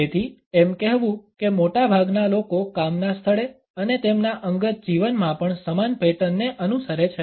તેથી એમ કહેવું કે મોટાભાગના લોકો કામના સ્થળે અને તેમના અંગત જીવનમાં પણ સમાન પેટર્ન ને અનુસરે છે